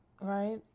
right